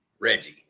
Reggie